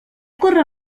corre